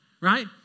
right